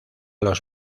los